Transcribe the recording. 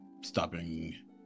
Stopping